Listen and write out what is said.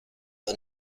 the